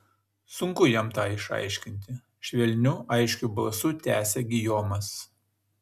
sunku jam tą išaiškinti švelniu aiškiu balsu tęsė gijomas